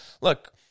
look